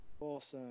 Awesome